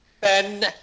Ben